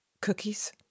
cookies